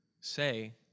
say